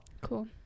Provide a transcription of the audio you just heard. cool